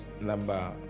number